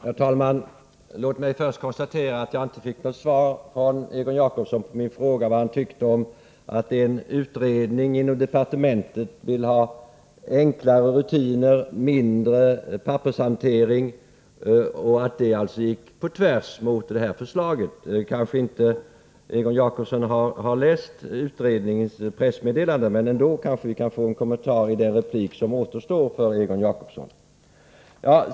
Herr talman! Låt mig först konstatera att jag inte fick något svar av Egon Jacobsson på min fråga vad han tyckte om att en utredning inom departementet ville ha enklare rutiner och mindre pappershantering — något som går på tvärs mot det här förslaget. Egon Jacobsson har kanske inte läst utredningens pressmeddelande men vi kanske ändå kan få en kommentar i den replik som återstår för Egon Jacobsson.